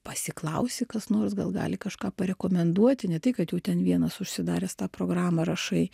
pasiklausi kas nors gal gali kažką parekomenduoti ne tai kad jų ten vienas užsidaręs tą programą rašai